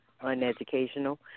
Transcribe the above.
uneducational